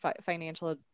financial